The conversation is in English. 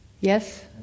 Yes